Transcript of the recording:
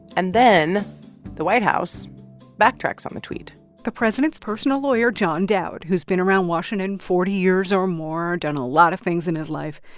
and then the white house backtracks on the tweet the president's personal lawyer, john dowd, who's been around washington forty years or more, done a lot of things in his life,